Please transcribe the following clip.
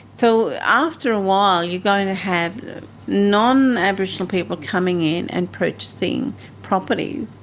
so after a while you're going to have non-aboriginal people coming in and purchasing property,